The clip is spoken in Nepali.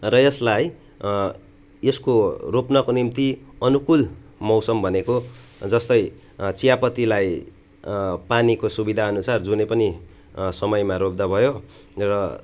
र यसलाई यसको रोप्नका निम्ति अनुकूल मौसम भनेको जस्तै चियापतिलाई पानीको सुविधाअनुसार जुनै पनि समयमा रोप्दा भयो र